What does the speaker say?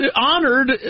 honored